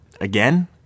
Again